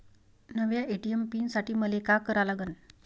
नव्या ATM pin साठी मले का करा लागन?